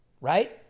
right